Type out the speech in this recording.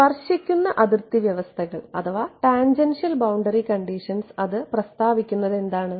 സ്പർശിക്കുന്ന അതിർത്തി വ്യവസ്ഥകൾഅത് പ്രസ്താവിക്കുന്നത് എന്താണ്